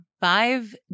five